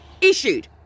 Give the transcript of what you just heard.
issued